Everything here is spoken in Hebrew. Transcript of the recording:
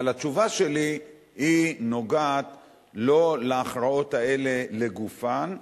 אבל התשובה שלי נוגעת לא להכרעות האלה לגופן,